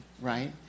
right